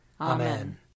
Amen